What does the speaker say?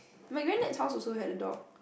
my granddad's house also had a dog